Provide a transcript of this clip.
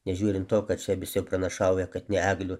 nežiūrint to kad čia visi pranašauja kad ne eglių